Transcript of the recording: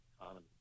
economy